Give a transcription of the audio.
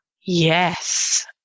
Yes